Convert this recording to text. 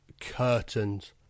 curtains